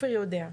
אופיר יודע,